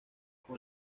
con